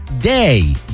day